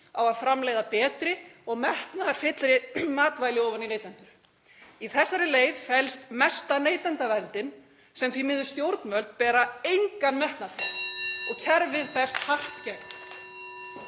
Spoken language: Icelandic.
á að framleiða betri og metnaðarfyllri matvæli ofan í neytendur. Í þessari leið felst mesta neytendaverndin sem stjórnvöld bera því miður engan metnað fyrir og kerfið berst hart gegn.